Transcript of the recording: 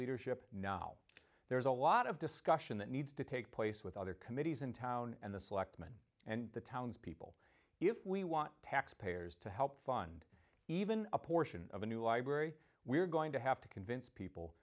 leadership now there's a lot of discussion that needs to take place with other committees in town and the selectmen and the townspeople if we want taxpayers to help fund even a portion of a new library we're going to have to convince people